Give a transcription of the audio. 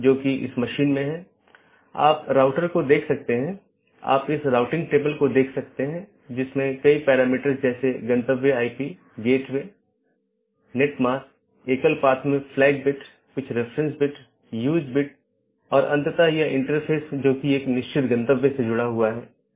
इसलिए दूरस्थ सहकर्मी से जुड़ी राउटिंग टेबल प्रविष्टियाँ अंत में अवैध घोषित करके अन्य साथियों को सूचित किया जाता है